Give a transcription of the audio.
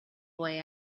boy